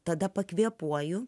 tada pakvėpuoju